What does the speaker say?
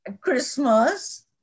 Christmas